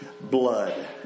blood